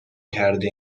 کرده